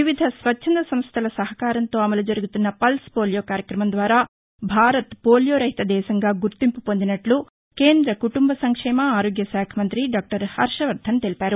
వివిధ స్వచ్చంద సంస్టల సహకారంతో అమలు జరుగుతున్న పల్స్ పోలియో కార్యక్రమం ద్వారా భారత్ పోలియో రహిత దేశంగా గుర్తింపు పొందినట్ల కేంద్ర కుటుంబ సంక్షేమ ఆరోగ్య శాఖ మంఁతి డాక్టర్ హర్షవర్దన్ తెలిపారు